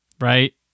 Right